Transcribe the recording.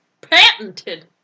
Patented